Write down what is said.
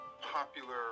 popular